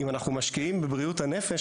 אם אנחנו משקיעים בבריאות הנפש,